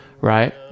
Right